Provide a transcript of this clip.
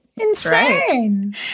Insane